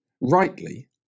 rightly